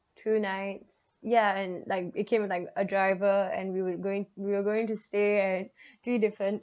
two nights ya and like it came with like a driver and we were going we were going to stay at three different